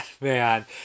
man